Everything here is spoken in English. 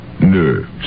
Nerves